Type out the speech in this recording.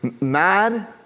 mad